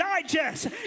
digest